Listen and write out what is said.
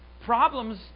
Problems